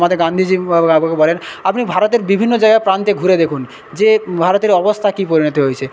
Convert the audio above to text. আমাদের গান্ধীজি বলেন আপনি ভারতের বিভিন্ন জায়গা প্রান্তে ঘুরে দেখুন যে ভারতের অবস্থা কি পরিণতি হয়েছে